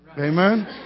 amen